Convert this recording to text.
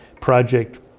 project